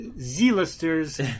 Z-listers